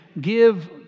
give